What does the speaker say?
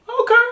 Okay